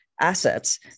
assets